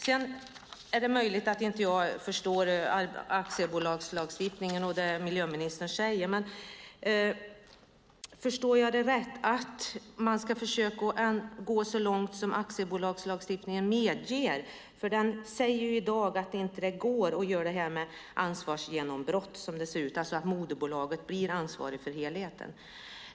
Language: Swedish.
Det är möjligt att jag inte förstår vad miljöministern säger om aktiebolagslagstiftningen. Förstår jag dig rätt, det vill säga att man ska försöka gå så långt som aktiebolagslagstiftningen medger? Den säger i dag att det inte går att införa ansvarsgenombrott, det vill säga att moderbolaget blir ansvarigt för helheten.